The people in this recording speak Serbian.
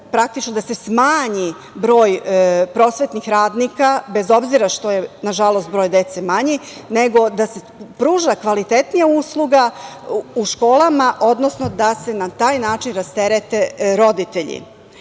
praktično da se smanji broj prosvetnih radnika, bez obzira što je nažalost, broj dece manji, nego da se pruži kvalitetnija usluga u školama, odnosno da se na taj način rasterete roditelji. Nemojte